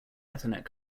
ethernet